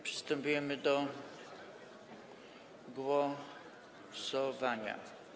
Przystępujemy do głosowania.